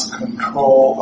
control